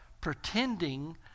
pretending